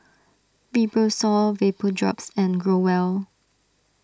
Fibrosol Vapodrops and Growell